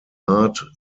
art